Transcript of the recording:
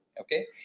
okay